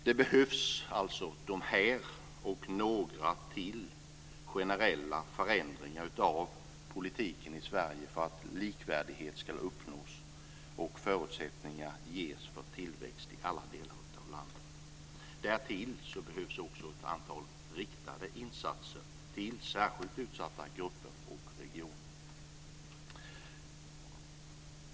De här och några till generella förändringar av politiken i Sverige behövs alltså för att likvärdighet ska uppnås och förutsättningar ges för tillväxt i alla delar av landet. Därtill behövs också ett antal riktade insatser för särskilt utsatta grupper och regioner.